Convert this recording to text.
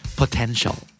potential